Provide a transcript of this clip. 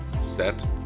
Set